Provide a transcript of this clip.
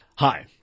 Hi